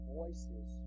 voices